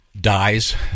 dies